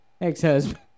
Ex-husband